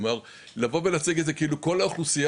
כלומר לבוא ולהציג את זה כאילו כל האוכלוסייה,